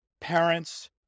parents